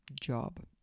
job